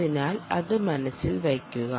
അതിനാൽ അത് മനസ്സിൽ വയ്ക്കുക